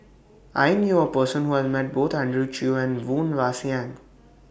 I knew A Person Who has Met Both Andrew Chew and Woon Wah Siang